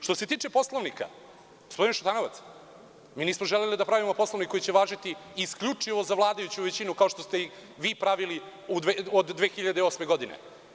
Što se tiče Poslovnika, gospodine Šutanovac, mi nismo želeli da pravimo Poslovnik koji će važiti isključivo za vladajuću većinu, kao što ste vi pravili od 2008. godine.